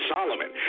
Solomon